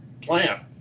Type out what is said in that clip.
plant